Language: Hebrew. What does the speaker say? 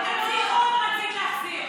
(חברת הכנסת אורלי לוי אבקסיס יוצאת